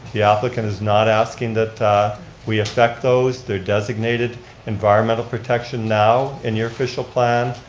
the applicant is not asking that we affect those. they're designated environmental protection now in your official plan.